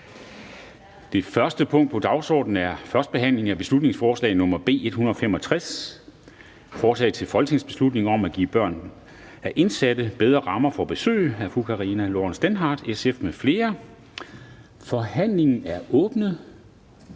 Det første punkt på dagsordenen er: 1) 1. behandling af beslutningsforslag nr. B 165: Forslag til folketingsbeslutning om at give børn af indsatte bedre rammer for besøg. Af Karina Lorentzen Dehnhardt (SF) m.fl. (Fremsættelse